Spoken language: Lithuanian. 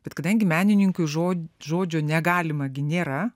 bet kadangi menininkui žožodžio negalima gi nėra